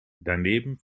daneben